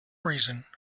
reason